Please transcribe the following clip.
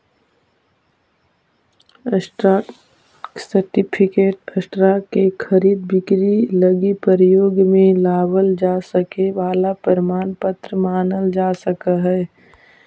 stock certificate stock के खरीद बिक्री लगी प्रयोग में लावल जा सके वाला प्रमाण पत्र मानल जा सकऽ हइ